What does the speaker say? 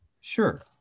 Sure